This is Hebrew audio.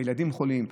בילדים חולים.